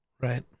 Right